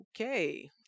okay